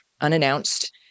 unannounced